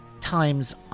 times